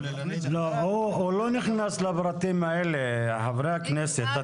הוא לא נכנס לפרטים האלה, חברי הכנסת.